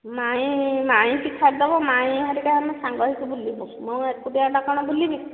ମାଇଁ ମାଇଁ କି ଛାଡ଼ିଦେବ ମାଇଁ ହରିକା ଆମେ ସାଙ୍ଗ ହୋଇକି ବୁଲିବୁ ମୁଁ ଏକୁଟିଆଟା କ'ଣ ବୁଲିବି